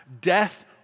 death